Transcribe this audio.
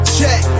check